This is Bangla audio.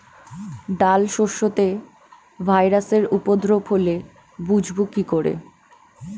ডাল শস্যতে ভাইরাসের উপদ্রব হলে বুঝবো কি করে?